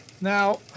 Now